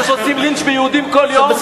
זה שעושים לינץ' ביהודים כל יום,